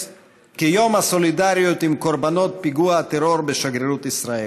כיום הסולידריות עם קורבנות פיגוע הטרור בשגרירות ישראל.